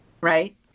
Right